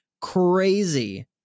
crazy